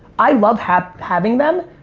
i love having having them,